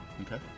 Okay